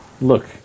Look